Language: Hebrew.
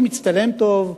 זה מצטלם טוב,